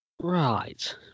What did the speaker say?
right